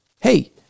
hey